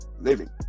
living